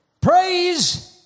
Praise